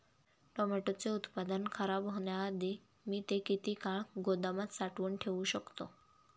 टोमॅटोचे उत्पादन खराब होण्याआधी मी ते किती काळ गोदामात साठवून ठेऊ शकतो?